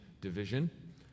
Division